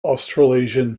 australasian